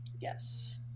Yes